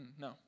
no